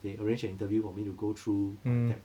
they arrange an interview for me to go through like that